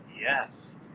Yes